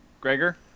Gregor